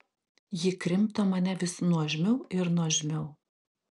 ji krimto mane vis nuožmiau ir nuožmiau